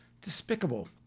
despicable